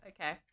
Okay